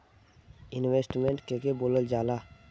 Investment के के बोलल जा ला?